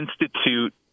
institute